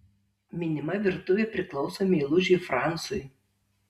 minima virtuvė priklauso meilužiui francui